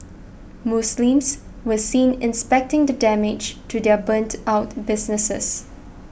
Muslims were seen inspecting the damage to their burnt out businesses